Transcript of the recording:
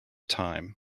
time